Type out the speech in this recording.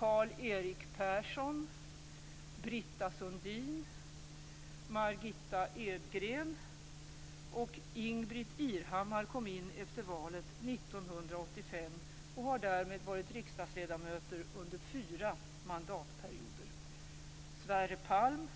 Jan Sundin, Margitta Edgren och Ingbritt Irhammar kom in efter valet 1985 och har därmed varit riksdagsledamöter under fyra mandatperioder. Sverre Palm